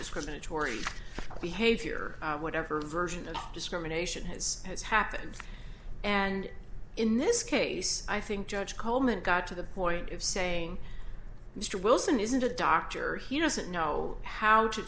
discriminatory behavior whatever version of discrimination is has happened and in this case i think judge coleman got to the point of saying mr wilson isn't a doctor he doesn't know how to